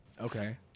Okay